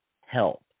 help